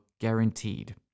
guaranteed